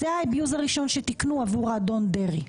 זה ה-אביוז הראשון שתיקנו עבור האדון דרעי.